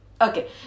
Okay